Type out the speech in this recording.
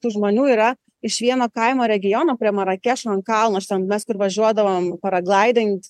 tų žmonių yra iš vieno kaimo regiono prie marakešo ant kalno aš ten mes kur važiuodavom paraglaidint